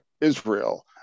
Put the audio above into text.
israel